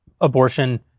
abortion